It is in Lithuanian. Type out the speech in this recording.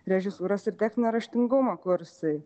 režisūros ir techninio raštingumo kursai